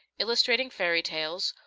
illustrating fairy tales,